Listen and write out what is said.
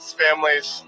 families